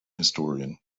historian